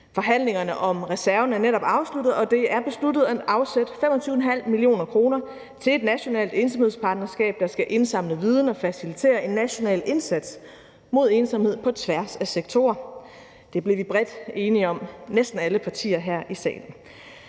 Forhandlingerne om reserven er netop afsluttet, og det er besluttet at afsætte 25,5 mio. kr. til et nationalt ensomhedspartnerskab, der skal indsamle viden og facilitere en national indsats mod ensomhed på tværs af sektorer. Det blev vi bredt enige om, næsten alle partier her i salen.